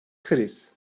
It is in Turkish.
kriz